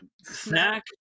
snack